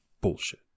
bullshit